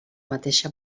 mateixa